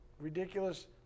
ridiculous